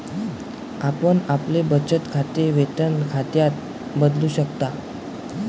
आपण आपले बचत खाते वेतन खात्यात बदलू शकता